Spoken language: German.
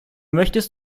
möchtest